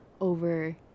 over